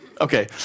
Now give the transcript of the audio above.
Okay